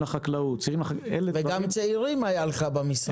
גם צעירים היה לך במשרד.